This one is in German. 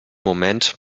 moment